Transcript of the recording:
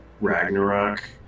ragnarok